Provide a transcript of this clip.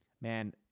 Man